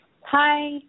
Hi